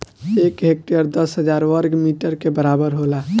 एक हेक्टेयर दस हजार वर्ग मीटर के बराबर होला